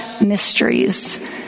mysteries